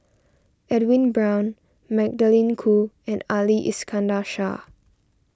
Edwin Brown Magdalene Khoo and Ali Iskandar Shah